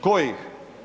Kojih?